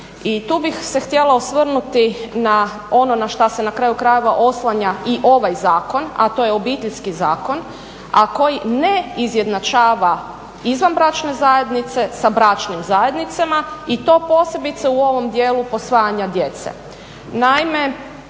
I tu bih se htjela osvrnuti na ono na šta se na kraju krajeva oslanja i ovaj Zakon a to je Obiteljski zakon a koji ne izjednačava izvanbračne zajednice sa bračnim zajednicama i to posebice u ovom dijelu posvajanja djece.